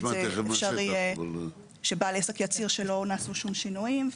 אפשר יהיה שבעל עסק יצהיר שלא נעשו שום שינויים,